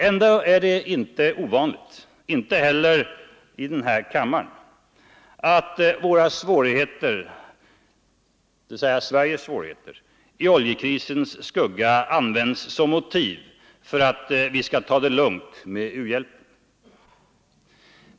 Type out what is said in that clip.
Ändå är det inte ovanligt — inte heller här i kammaren — att Sveriges svårigheter i oljekrisens skugga används som motiv för att ta det lugnt med u-hjälpen.